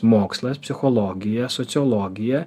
mokslas psichologija sociologija